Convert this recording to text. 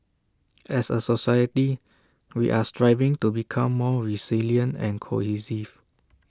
as A society we are striving to become more resilient and cohesive